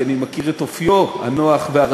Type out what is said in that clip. כי אני מכיר את אופיו הנוח והרגוע.